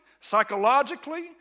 psychologically